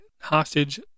hostage